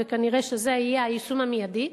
וכנראה זה יהיה היישום המיידי,